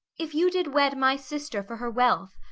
if you did wed my sister for her wealth,